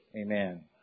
Amen